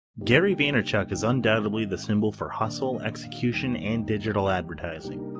gary vaynerchuck is undoubtedly the symbol for hustle, execution, and digital advertising.